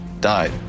died